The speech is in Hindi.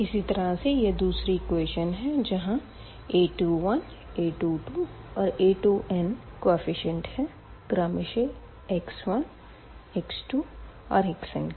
इसी तरह से यह दूसरी इक्वेशन है जहाँ a21 a22 और a2n केफीसिएंट है क्रमशः x1 x2 और xn के